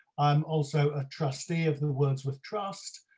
i'm also a trustee of the wordsworth trust.